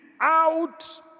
out